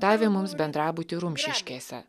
davė mums bendrabutį rumšiškėse